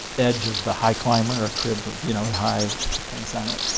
edge of the high climber, or crib, you know, high things on it,